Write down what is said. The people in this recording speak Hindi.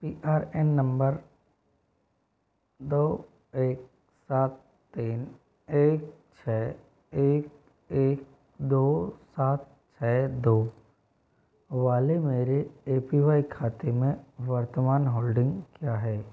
पी आर एन नंबर दो एक सात तीन एक छः एक एक दो सात छः दो वाले मेरे ए पी वाई खाते में वर्तमान होल्डिंग क्या है